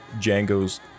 django's